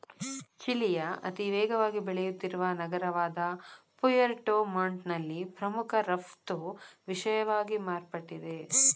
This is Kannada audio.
ಚಿಲಿಯ ಅತಿವೇಗವಾಗಿ ಬೆಳೆಯುತ್ತಿರುವ ನಗರವಾದಪುಯೆರ್ಟೊ ಮಾಂಟ್ನಲ್ಲಿ ಪ್ರಮುಖ ರಫ್ತು ವಿಷಯವಾಗಿ ಮಾರ್ಪಟ್ಟಿದೆ